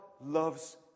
loves